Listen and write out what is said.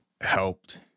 helped